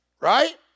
Right